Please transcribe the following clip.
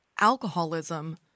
alcoholism